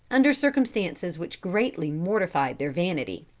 under circumstances which greatly mortified their vanity.